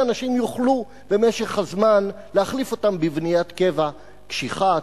אנשים יוכלו במשך הזמן להחליף אותם בבניית קבע קשיחה,